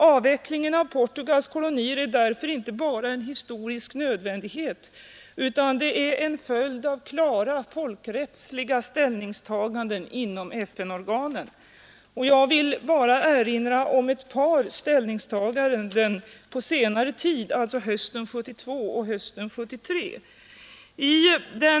Avvecklingen av Portugals kolonier är därför inte bara en historisk nödvändighet, utan det är en följd av klara folkrättsliga ställningstaganden inom FN-organisationen. Jag vill bara erinra om ett par ställningstaganden på senare tid, hösten 1972 och hösten 1973.